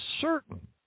certain